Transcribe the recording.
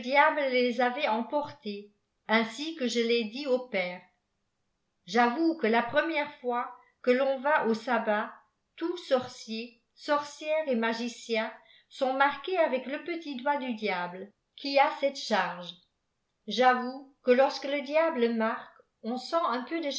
les avait eiïiportées ainsi que je tai dit aux pères j'avoue que la première fois que l'on va au'sabbat tous sorciers sorcières et magiciens sont marqués avec le petit doigt du diable qui a cette charge j'avoue que lorsque le diable marque on sent un peu de